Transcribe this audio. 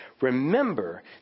Remember